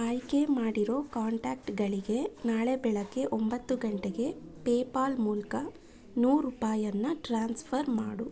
ಆಯ್ಕೆ ಮಾಡಿರೋ ಕಾಂಟ್ಯಾಕ್ಟ್ಗಳಿಗೆ ನಾಳೆ ಬೆಳಗ್ಗೆ ಒಂಬತ್ತು ಗಂಟೆಗೆ ಪೇಪಾಲ್ ಮೂಲಕ ನೂರು ರೂಪಾಯಿಯನ್ನ ಟ್ರಾನ್ಸ್ಫರ್ ಮಾಡು